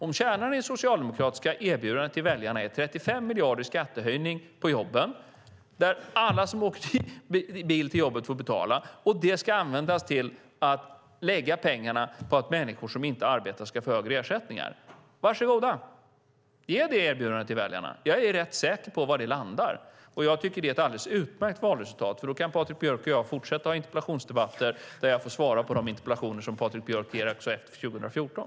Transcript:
Om kärnan i det socialdemokratiska erbjudandet till väljarna är 35 miljarder i skattehöjning på jobben och att alla som åker bil till jobbet får betala, och om pengarna ska läggas på att människor som inte arbetar ska få högre ersättningar, säger jag: Var så goda! Ge det erbjudandet till väljarna! Jag är rätt säker på var det landar, och jag tycker att det är ett alldeles utmärkt valresultat. Då kan Patrik Björck och jag fortsätta att ha interpellationsdebatter där jag får svara på de interpellationer Patrik Björck ställer också efter 2014.